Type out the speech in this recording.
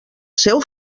seu